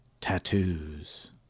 tattoos